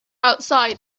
outside